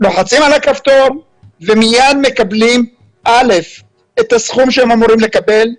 לוחצים על הכפתור ומיד מקבלים את הסכום שהם אמורים לקבל,